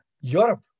Europe